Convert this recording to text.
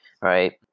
right